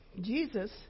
Jesus